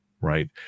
Right